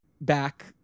back